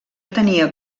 tenia